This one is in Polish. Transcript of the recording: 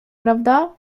prawda